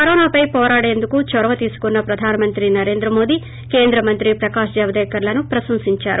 కరోనాపై పోరాడేందుకు చొరపి తీసుకున్న ప్రధాన మంత్రి నరేంద్ర మోదీ కేంద్ర మంత్రి ప్రకాశ్ జవదేకర్లను ప్రశంసించారు